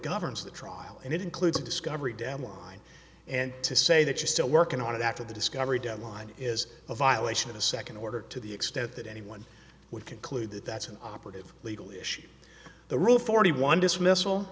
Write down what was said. governs the trial and it includes a discovery deadline and to say that you're still working on it after the discovery deadline is a violation of the second order to the extent that anyone would conclude that that's an operative legal issue the rule forty one dismiss